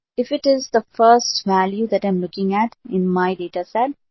if it is the first value that i'm looking at in my data set,